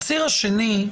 הציר השני,